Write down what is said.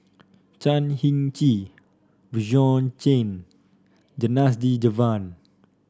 Chan Heng Chee Bjorn Shen Janadas Devan